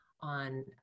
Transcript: on